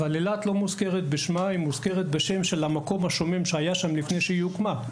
אך היא לא מוזכרת בשמה אלא בשם שהיה שם לפני שהוקמה,